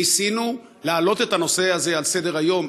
ניסינו להעלות את הנושא הזה על סדר-היום,